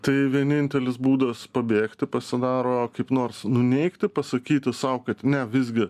tai vienintelis būdas pabėgti pasidaro kaip nors nuneigti pasakyti sau kad ne visgi